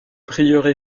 prieuré